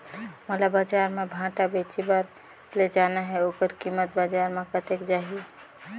मोला बजार मां भांटा बेचे बार ले जाना हे ओकर कीमत बजार मां कतेक जाही?